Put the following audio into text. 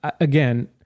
again